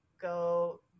go